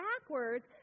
backwards